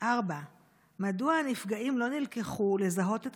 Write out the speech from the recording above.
6. מדוע הנפגעים לא נלקחו לזהות את